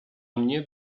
mnie